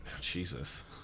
Jesus